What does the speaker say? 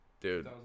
dude